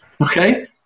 Okay